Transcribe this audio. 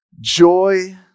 joy